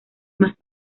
más